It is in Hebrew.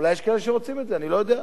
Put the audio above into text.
אולי יש כאלה שרוצים את זה, אני לא יודע.